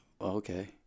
okay